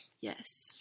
Yes